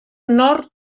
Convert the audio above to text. nord